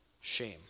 shame